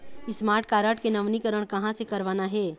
Smart card के नवीनीकरण कहां से करवाना हे?